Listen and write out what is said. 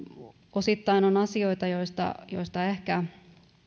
osittain on asioita joita ehkä